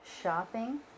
shopping